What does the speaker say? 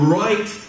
right